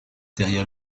derrière